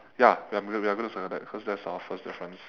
ya we are gonna we are gonna circle that because that's our first difference